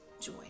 joy